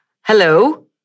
Hello